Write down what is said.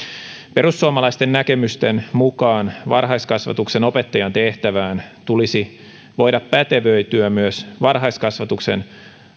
perussuomalaisten näkemysten mukaan varhaiskasvatuksen opettajan tehtävään tulisi voida pätevöityä myös varhaiskasvatuksen